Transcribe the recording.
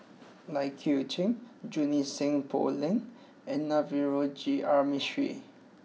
Lai Kew Chai Junie Sng Poh Leng and Navroji R Mistri